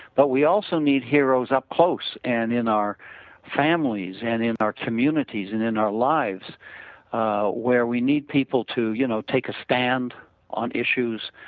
but we also need heroes up close and in our families and in our communities and in our lives where we need people to you know take a stand on issues,